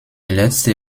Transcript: letzte